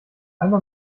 einer